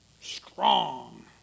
strong